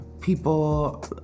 People